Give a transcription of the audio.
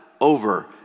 over